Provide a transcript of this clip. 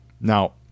Now